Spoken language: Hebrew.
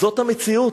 זאת המציאות.